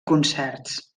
concerts